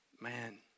man